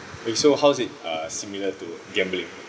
okay so how's it uh similar to gambling